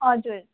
हजुर